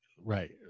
Right